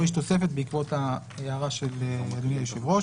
פה יש תוספת בעקבות ההערה של אדוני היושב-ראש